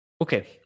Okay